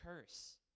curse